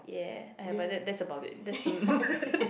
yeah !aiya! but that that's about it that's the